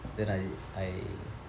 then I I